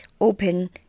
open